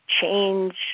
change